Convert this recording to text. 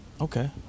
okay